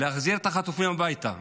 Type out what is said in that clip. להחזיר את החטופים הביתה,